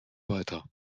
weiter